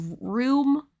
room